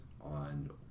on